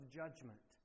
judgment